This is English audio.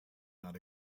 not